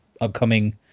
upcoming